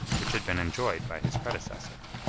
which had been enjoyed by his predecessor.